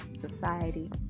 society